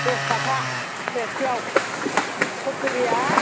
दस थाखा प्लेटसेयाव पकरिया